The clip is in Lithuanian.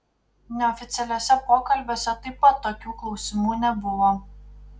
neoficialiuose pokalbiuose taip pat tokių klausimų nebuvo